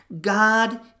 God